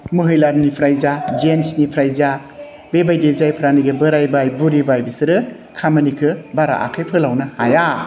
महिलानिफ्राय जा जेन्सनिफ्राय जा बेबायदियै जायफ्रानिकि बोरायबाय बुरैबाय बिसोरो खामानिखौ बारा आखाइ फोलावनो हाया